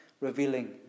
revealing